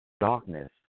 Darkness